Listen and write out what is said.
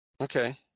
okay